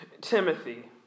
Timothy